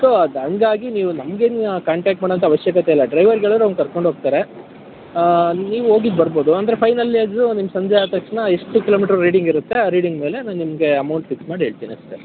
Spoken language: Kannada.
ಸೊ ಅದು ಹಾಗಾಗಿ ನೀವು ನಮ್ಗೇನು ಕಾಂಟ್ಯಾಕ್ಟ್ ಮಾಡೋ ಅಂತ ಅವಶ್ಯಕತೆ ಇಲ್ಲ ಡ್ರೈವರಿಗೆ ಹೇಳರೆ ಅವ್ನು ಕರ್ಕೊಂಡು ಹೋಗ್ತಾರೆ ನೀವು ಹೋಗಿ ಬರ್ಬೋದು ಅಂದರೆ ಫೈನಲಿ ಅದು ನಿಮ್ಮ ಸಂಜೆ ಆದ ತಕ್ಷಣ ಎಷ್ಟು ಕಿಲೋಮೀಟರ್ ರೀಡಿಂಗ್ ಇರುತ್ತೆ ಆ ರೀಡಿಂಗ್ ಮೇಲೆ ನಾನು ನಿಮಗೆ ಅಮೌಂಟ್ ಫಿಕ್ಸ್ ಮಾಡಿ ಹೇಳ್ತಿನಿ ಅಷ್ಟೇ